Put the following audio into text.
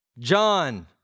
John